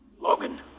Logan